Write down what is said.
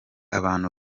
abantu